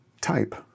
type